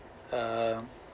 err